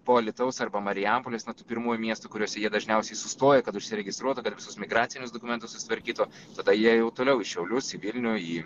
po alytaus arba marijampolės na tų pirmųjų miestų kuriuose jie dažniausiai sustoja kad užsiregistruotų visus migracinius dokumentus susitvarkytų tada jie jau toliau į šiaulius į vilnių į